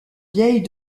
vieilles